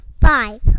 Five